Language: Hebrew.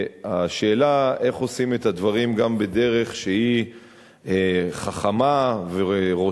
השאלה היא איך עושים את הדברים גם בדרך שהיא חכמה ורותמת